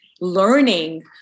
learning